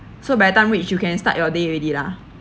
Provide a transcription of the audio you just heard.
so by the time reach you can start your day already lah